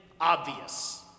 obvious